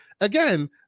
again